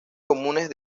comunes